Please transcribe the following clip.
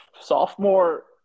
sophomore